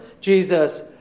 Jesus